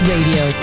Radio